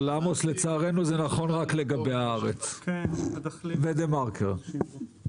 לצערנו זה נכון רק לגבי "הארץ" ו"דה מרקר".